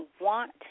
want